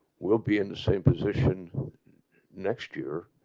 will be in the same position next year